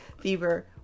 fever